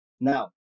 Now